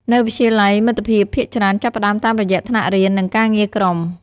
នៅវិទ្យាល័យ មិត្តភាពភាគច្រើនចាប់ផ្តើមតាមរយៈថ្នាក់រៀន និងការងារក្រុម។